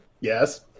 yes